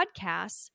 podcasts